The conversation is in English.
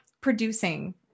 producing